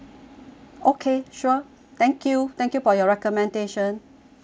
okay sure thank you thank you for your recommendation